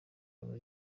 aba